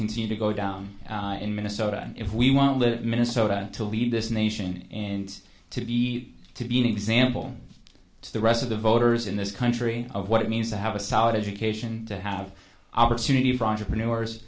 continue to go down in minnesota if we want to live minnesota to lead this nation and to be to be an example to the rest of the voters in this country of what it means to have a solid education to have opportunity for entrepreneurs